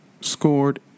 scored